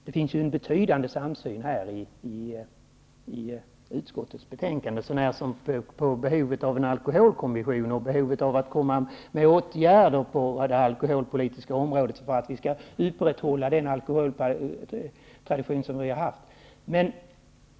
Det finns en betydande samsyn i utskottets betänkande, så när som på behovet av en alkoholkommission och behovet av att komma med åtgärder på det alkoholpolitiska området för att vi skall upprätthålla den alkoholtradition som vi har haft.